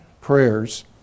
prayers